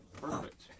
Perfect